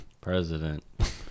President